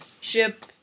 ship